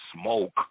Smoke